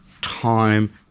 Time